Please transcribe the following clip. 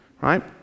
right